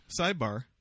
sidebar